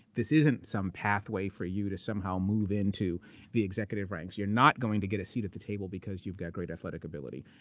this isn't some pathway for you to somehow move into the executive ranks. you're not going to get a seat at the table because you've got great athletic ability.